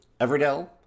Everdell